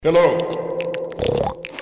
Hello